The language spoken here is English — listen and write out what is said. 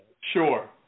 Sure